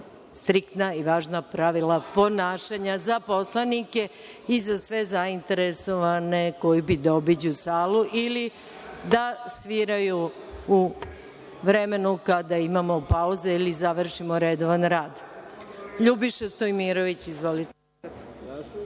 striktna i važna pravila ponašanja za poslanike i za sve zainteresovane koji bi da obiđu salu ili da sviraju u vremenu kada imamo pauze ili završimo redovan rad. Reč ima narodni poslanik